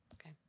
okay